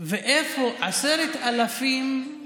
לא מעניין,